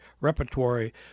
Repertory